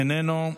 איננו,